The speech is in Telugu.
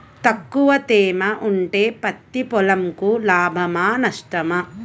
తక్కువ తేమ ఉంటే పత్తి పొలంకు లాభమా? నష్టమా?